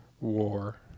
war